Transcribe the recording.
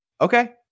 okay